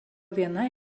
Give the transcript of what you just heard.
viena